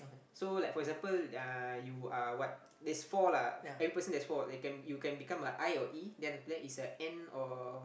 so like for example uh you are what there's four lah every person there's four you can you can become a I or E then after that it's a N or